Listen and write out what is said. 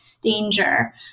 danger